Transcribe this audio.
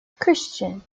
christian